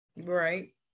Right